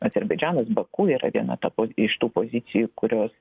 azerbaidžanas baku yra viena ta po iš tų pozicijų kurios